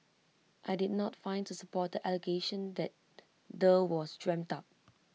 I did not find to support the allegation that the was dreamt up